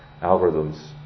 algorithms